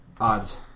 Odds